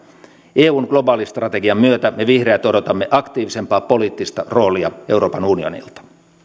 eun globaalistrategian myötä me vihreät odotamme aktiivisempaa poliittista roolia euroopan unionilta